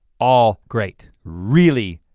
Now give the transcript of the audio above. all great. really,